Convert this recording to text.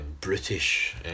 British